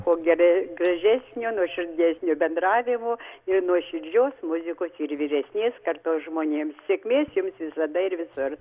ko geri gražesnio nuoširdesnio bendravimo ir nuoširdžios muzikos ir vyresnės kartos žmonėms sėkmės jums visada ir visur